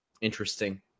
Interesting